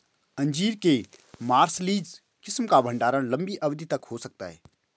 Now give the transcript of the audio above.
अंजीर के मार्सलीज किस्म का भंडारण लंबी अवधि तक हो सकता है